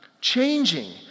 changing